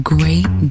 Great